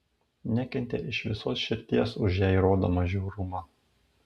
nekentė iš visos širdies už jai rodomą žiaurumą